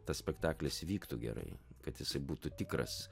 tas spektaklis vyktų gerai kad jisai būtų tikras